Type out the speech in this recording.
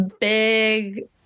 big